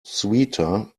sweeter